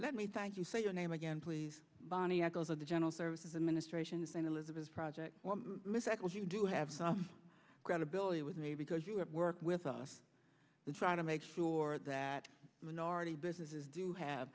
let me thank you say your name again please bonnie eccles of the general services administration the same elizabeth project that was you do have some credibility with me because you have work with us and try to make sure that minority businesses do have